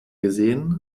gesehen